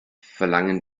verlangen